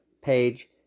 page